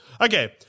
Okay